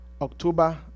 October